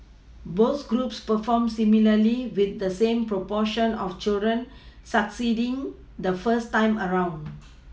both groups performed similarly with the same proportion of children succeeding the first time around